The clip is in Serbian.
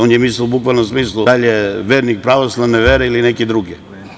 On je mislio u bukvalnom smislu da li je vernik Pravoslavne vere ili neke druge.